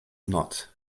not